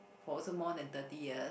for also more than thirty years